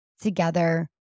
together